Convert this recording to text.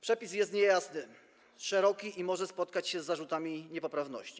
Przepis jest niejasny, szeroki i może spotkać się z zarzutami niepoprawności.